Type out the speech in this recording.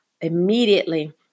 immediately